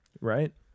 Right